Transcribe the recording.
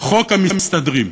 "חוק המסתדרים".